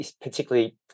particularly